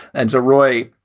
and surroi,